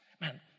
Man